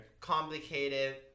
complicated